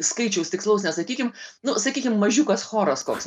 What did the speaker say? skaičiaus tikslaus nesakykim na sakykim mažiukas choras koks